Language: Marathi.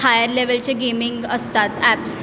हायर लेवलचे गेमिंग असतात ॲप्स